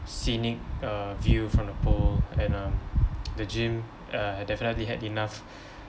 scenic uh view from the pool and um the gym uh definitely had enough